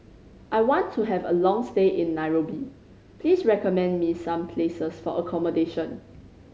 I want to have a long stay in Nairobi please recommend me some places for accommodation